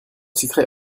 citerai